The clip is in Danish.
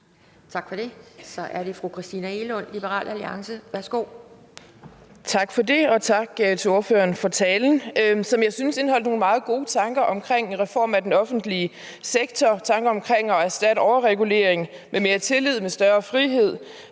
Tak for det. Så er det fru Christina Egelund, Liberal Alliance. Værsgo. Kl. 10:23 Christina Egelund (LA): Tak for det, og tak til ordføreren for talen, som jeg synes indeholdt nogle meget gode tanker om en reform af den offentlige sektor, tanker om at erstatte overregulering med mere tillid, med større frihed